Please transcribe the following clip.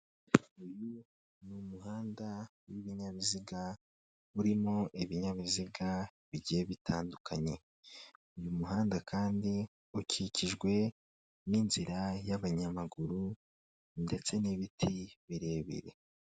Uyu ni umuhanda w'ibinyabiziga, urimo ibinyabiziga bigiye bitandukanye, uyu muhanda kandi ukikijwe n'inzira y'abanyamaguru, ndetse n'ibiti birebire.